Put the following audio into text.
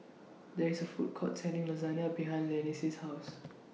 There IS A Food Court Selling Lasagna behind Lynsey's House